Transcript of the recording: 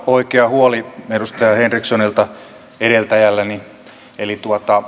oikea huoli edustaja henrikssonilta edeltäjältäni eli